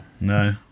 No